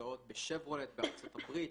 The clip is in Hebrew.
ובהרצאות בשברולט בארצות הברית.